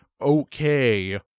okay